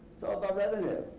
but revenue.